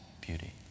Beauty